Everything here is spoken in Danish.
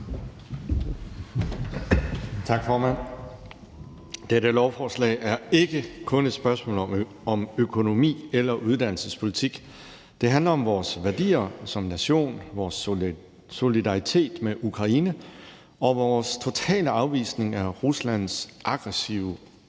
Tak, formand. Dette lovforslag er ikke kun et spørgsmål om økonomi eller uddannelsespolitik. Det handler om vores værdier som nation, vores solidaritet med Ukraine og vores totale afvisning af Ruslands aggressive